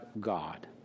God